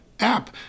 app